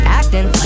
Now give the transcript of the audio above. acting